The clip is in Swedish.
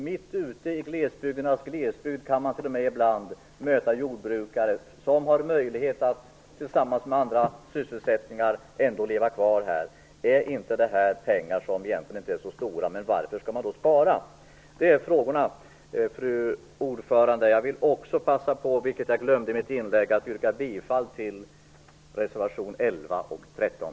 Mitt ute i glesbygdernas glesbygd kan man ibland möta jordbrukare som också har andra sysselsättningar, vilka trots allt har möjlighet att leva kvar. Visst är väl det här pengar som egentligen inte är så stora. Men varför skall man då spara? Det är frågorna, fru talman! Jag vill också passa på, vilket jag glömde i mitt inlägg, att yrka bifall till reservationerna 11 och 13.